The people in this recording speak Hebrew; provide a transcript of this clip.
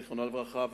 זיכרונה לברכה,